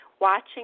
watching